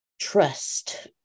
trust